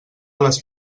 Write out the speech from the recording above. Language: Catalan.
les